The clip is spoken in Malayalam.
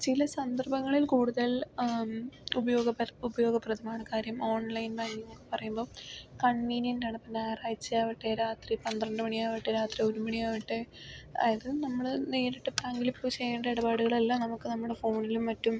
ചില സന്ദർഭങ്ങളിൽ കൂടുതൽ ഉപയോഗ ഉപയോഗപ്രദമാണ് കാര്യം ഓൺ ലൈൻ ബാങ്കിങ്ങെന്നൊക്കെ പറയുമ്പം കൺവീനിയന്റ് ആണ് ഇപ്പം ഞായറാഴ്ച ആവട്ടെ രാത്രി പന്ത്രണ്ട് മണി ആവട്ടെ രാത്രി ഒരുമണി ആവട്ടെ അതായത് നമ്മൾ നേരിട്ട് ബാങ്കിൽ പോയ് ചെയ്യേണ്ട ഇടപാടുകളെല്ലാം നമുക്ക് നമ്മുടെ ഫോണിലും മറ്റും